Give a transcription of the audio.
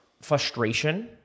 frustration